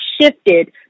shifted